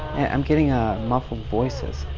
i'm getting ah muffled voices.